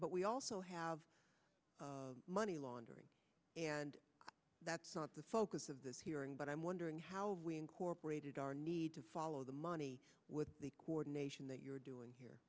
but we also have money laundering and that's not the focus of this hearing but i'm wondering how we incorporated our need to follow the money with the coordination that you're doing here